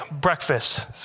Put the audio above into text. breakfast